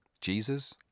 Jesus